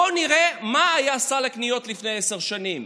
בוא נראה מה היה סל הקניות לפני עשר שנים.